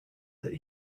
that